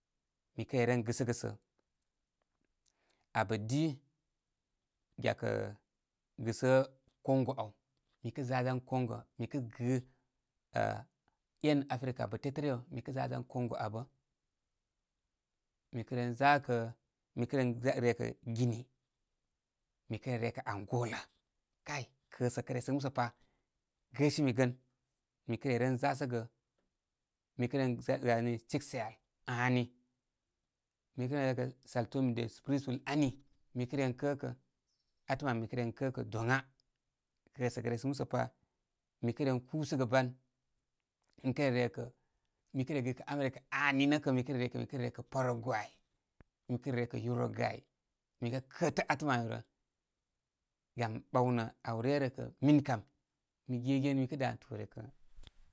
Mikə re re gɨsəgə sə abə di gyakə gɨsə congo áw. Mikə zazan congo, mikə gɨ áh en africa abə tetə rew. Mi zazan congo abə, mikən zakə, mi kə ren rekə guinea, mi kəre rekə angola. Kay kərə kə resə musə pa. Gəsimi gən. Mi kəre ren zasəgə, mi kəren wani, aani, mi kə re rekə sáo tome de principe ani. Mikə ren kə kə. Atəm ami mi kə ren kəkə. Atəm ami mi kə ren kəkə doŋa. Kəsə kə resə musə pa. Mi ren kusəgə baŋ mi kə re rekə, mikə gɨkə america aani nə kə mikə re re kə, mi kə re re kə paraguay, mi kə re re kə euroguay. Mi kə kətə atəəm ami rə. Gam ɓáwnə áw ryə rə kə min kam mi gegen mikə danə toore kə.